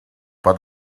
but